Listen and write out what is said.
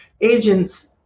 agents